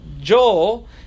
Joel